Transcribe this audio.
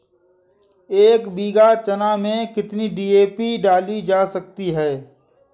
एक बीघा चना में कितनी डी.ए.पी डाली जा सकती है?